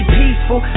peaceful